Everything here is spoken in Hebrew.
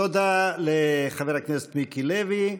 תודה לחבר הכנסת מיקי לוי.